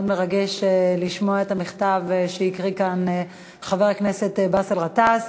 היה מאוד מרגש לשמוע את המכתב שהקריא כאן חבר הכנסת באסל גטאס,